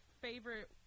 favorite